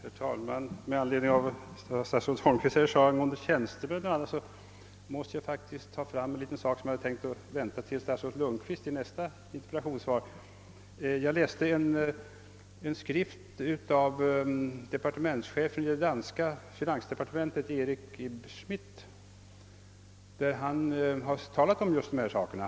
Herr talman! Med anledning av vad statsrådet Holmqvist sade om tjänstemän måste jag ta fram en skrift som jag hade tänkt använda i mitt anförande efter nästa interpellationssvar till mig av kommunikationsministern. Departementschefen i det danska finandspartementet Erik Schmidt har i en skrift tagit upp dessa frågor.